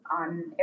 on